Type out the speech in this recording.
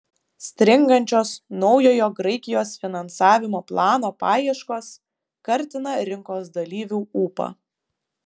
stringančios naujojo graikijos finansavimo plano paieškos kartina rinkos dalyvių ūpą